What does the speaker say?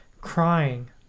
crying